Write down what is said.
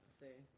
see